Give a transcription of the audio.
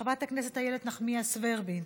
חברת הכנסת איילת נחמיאס ורבין,